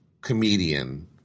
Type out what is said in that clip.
comedian